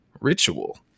ritual